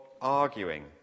arguing